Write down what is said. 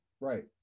Right